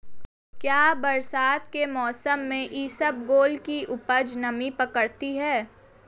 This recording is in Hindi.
क्या बरसात के मौसम में इसबगोल की उपज नमी पकड़ती है?